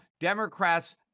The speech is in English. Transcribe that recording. Democrats